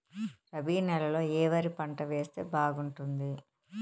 రబి నెలలో ఏ వరి పంట వేస్తే బాగుంటుంది